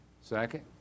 Second